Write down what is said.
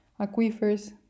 aquifers